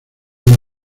una